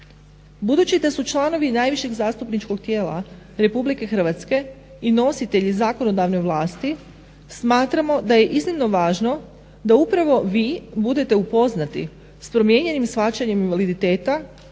Budući da su članovi najvišeg zastupničkog tijela RH i nositelji zakonodavne vlasti smatramo da je iznimno važno da upravo vi budete upoznati s promijenjenim shvaćanjem invaliditeta